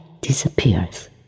disappears